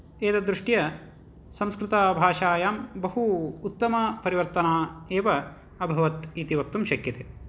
एतद्दृष्ट्या संस्कृतभाषायां बहु उत्तमपरिवर्तना एव अभवत् इति वक्तुं शक्यते